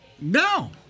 No